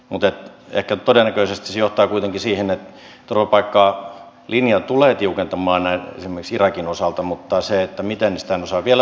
mutta ehkä todennäköisesti se johtaa kuitenkin siihen että turvapaikkalinja tulee tiukentumaan esimerkiksi irakin osalta mutta sitä en osaa vielä sanoa että miten